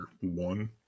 one